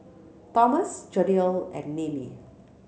Tomas Jadiel and Nealy